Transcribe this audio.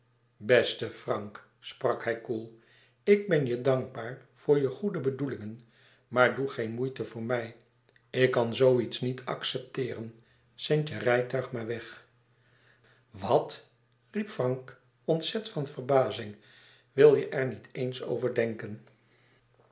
beste frank sprak hij koel ik ben je dankbaar voor je goede bedoelingen maar doe geen moeite voor mij ik kan zoo iets niet accepteeren zend je rijtuig maar weg wat riep frank ontzet van verbazing wil je er niet eens over denken